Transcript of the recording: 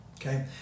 okay